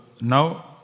now